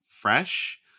fresh